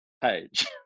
page